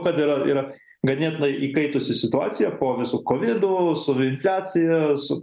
kad yra yra ganėtinai įkaitusi situacija po visų kovidų su infliacija su